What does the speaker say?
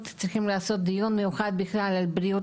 לעשות דיון מיוחד בכלל על בריאות